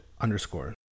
underscore